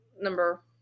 number